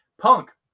Punk